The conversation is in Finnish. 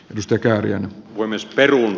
listakärjen voi myös perheen